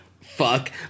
Fuck